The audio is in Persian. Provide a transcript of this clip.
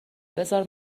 بزار